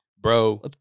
bro